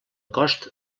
cost